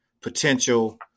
potential